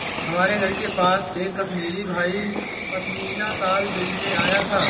हमारे घर के पास एक कश्मीरी भाई पश्मीना शाल बेचने आया था